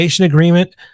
agreement